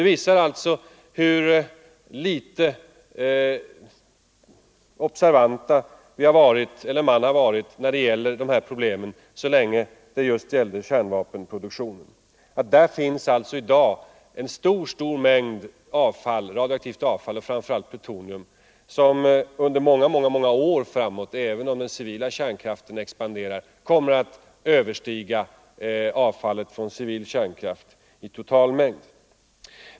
Detta visar hur litet observant man har varit beträffande dessa problem så länge det gällde kärnvapenproduktionen. Där finns alltså i dag en stor mängd radioaktivt avfall, framför allt plutonium, som under många år framåt, även om den civila kärnkraften expanderar, kommer att överstiga avfallet från civil kärnkraft i total mängd.